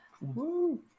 woo